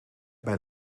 bij